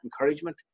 encouragement